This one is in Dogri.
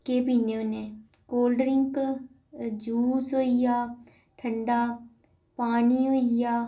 केह् पीन्ने होन्ने कोल्ड ड्रिंक जूस होई गेआ ठंडा पानी होई गेआ